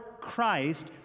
Christ